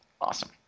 awesome